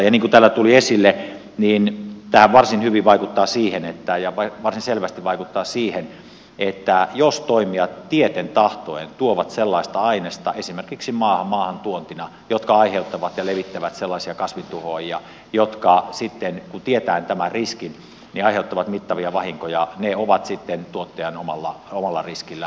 niin kuin täällä tuli esille tämä varsin hyvin ja varsin selvästi vaikuttaa siihen että jos toimijat tieten tahtoen tuovat esimerkiksi maahantuontina sellaista ainesta joka aiheuttaa ja levittää sellaisia kasvintuhoojia jotka sitten aiheuttavat mittavia vahinkoja tietäen tämän riskin niin ne ovat sitten tuottajan omalla riskillä